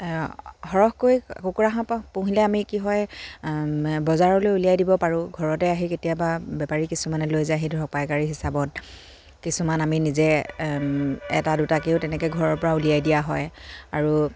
সৰহকৈ কুকুৰা হাঁহ পুহিলে আমি কি হয় বজাৰলৈ উলিয়াই দিব পাৰোঁ ঘৰতে আহি কেতিয়াবা বেপাৰী কিছুমানে লৈ যায়হি ধৰক পাইকাৰী হিচাপত কিছুমান আমি নিজে এটা দুটাকৈও তেনেকৈ ঘৰৰ পৰা উলিয়াই দিয়া হয় আৰু